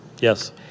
Yes